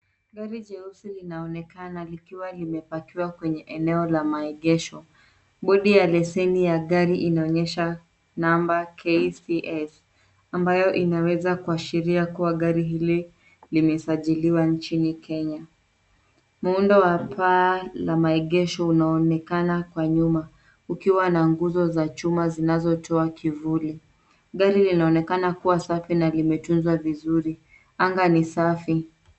Gari jeusi linaonekana likiwa limepakiwa kwenye eneo la maegesho. Bodi ya leseni ya gari inaonyesha namba KCS ambayo inaweza kuashiria kuwa gari hili limesajiliwa nchini kenya. Muundo wa paa la maegesho unaonekana kwa nyuma, ukiwa na nguzo za chuma zinazotoa kivuli. Gari linaonekana kuwa safi na limetunzwa vizuri. Anga ni safi.